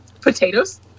Potatoes